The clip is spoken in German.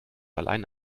allein